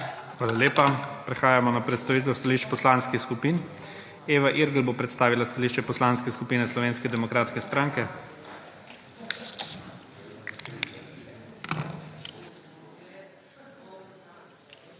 Hvala lepa. Prehajamo na predstavitev stališče Poslanskih skupin. Eva Irgl bo predstavila stališče Poslanske skupine Slovenske demokratske stranke. **EVA IRGL